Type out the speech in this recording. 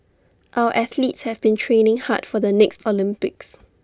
our athletes have been training hard for the next Olympics